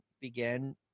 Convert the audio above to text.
began –